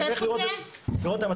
תראו את המצב,